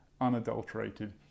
unadulterated